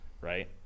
right